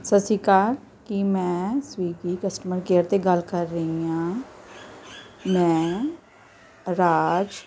ਸਤਿ ਸ਼੍ਰੀ ਅਕਾਲ ਕੀ ਮੈਂ ਸਵੀਗੀ ਕਸਟਮਰ ਕੇਅਰ 'ਤੇ ਗੱਲ ਕਰ ਰਹੀ ਹਾਂ ਮੈਂ ਰਾਜ